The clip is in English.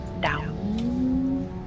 down